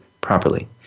properly